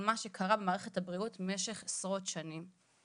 מה שקרה במערכת הבריאות במשך עשרת שנים.